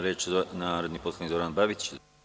Reč ima narodni poslanik Zoran Babić.